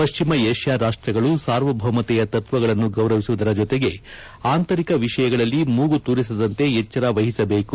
ಪಶ್ಚಿಮ ಏಷ್ತಾ ರಾಷ್ಟಗಳು ಸಾರ್ವಭೌಮತೆಯ ತತ್ವಗಳನ್ನು ಗೌರವಿಸುವ ಜೊತೆಗೆ ಆಂತರಿಕ ವಿಷಯಗಳಲ್ಲಿ ಮೂಗು ತೂರಿಸದಂತೆ ಎಚ್ವರ ವಹಿಸಬೇಕು